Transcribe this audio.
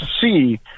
see